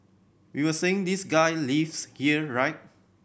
we were saying this guy lives here right